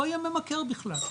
לא יהיה ממכר בכלל,